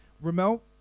ramel